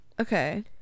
Okay